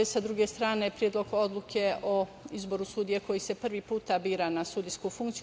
Sa druge strane, Predlog odluke od izboru sudija koji se prvi put biraju na sudijsku funkciju.